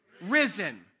risen